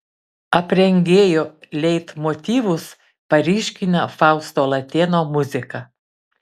aprengėjo leitmotyvus paryškina fausto latėno muzika